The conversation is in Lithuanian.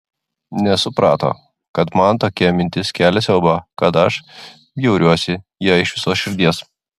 nesuprato kad man tokia mintis kelia siaubą kad aš bjauriuosi ja iš visos širdies